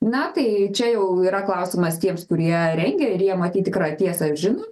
na tai čia jau yra klausimas tiems kurie rengia ir jie matyt tikrą tiesą žino